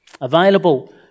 Available